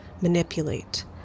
manipulate